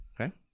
Okay